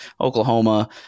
Oklahoma